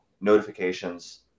notifications